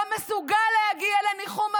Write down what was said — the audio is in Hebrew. לא מסוגל להגיע לניחום אבלים,